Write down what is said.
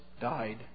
died